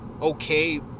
okay